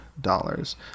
dollars